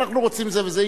אנחנו רוצים זה וזה,